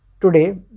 today